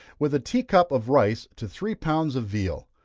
with a tea cup of rice to three pounds of veal.